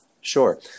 Sure